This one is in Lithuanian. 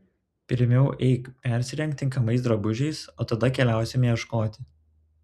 pirmiau eik persirenk tinkamais drabužiais o tada keliausime ieškoti